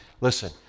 Listen